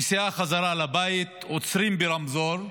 נסיעה חזרה הביתה, עוצרים ברמזור,